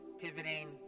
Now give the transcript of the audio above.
pivoting